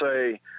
say